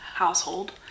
Household